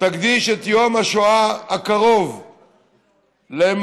תקדיש את יום השואה הקרוב למאבק